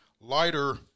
lighter